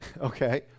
Okay